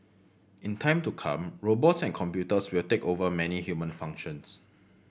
in time to come robots and computers will take over many human functions